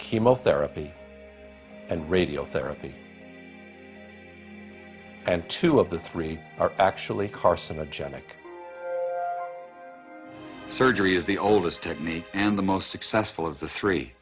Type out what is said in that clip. chemotherapy and radiotherapy and two of the three are actually carcinogenic surgery is the oldest technique and the most successful of the three